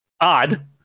odd